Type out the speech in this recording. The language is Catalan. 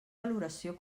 valoració